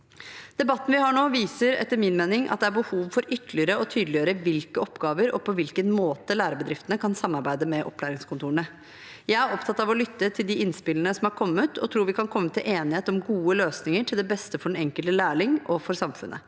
Debatten vi har nå, viser etter min mening at det er behov for ytterligere å tydeliggjøre hvilke oppgaver, og på hvilken måte, lærebedriftene kan samarbeide med opplæringskontorene om. Jeg er opptatt av å lytte til de innspillene som er kommet, og tror vi kan komme til enighet om gode løsninger til beste for den enkelte lærling og for samfunnet.